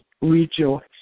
rejoice